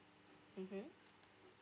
mmhmm